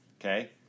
okay